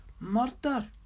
Murder